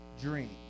dream